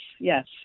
yes